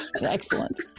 Excellent